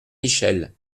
michel